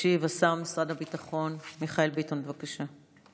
ישיב השר במשרד הביטחון מיכאל ביטון, בבקשה.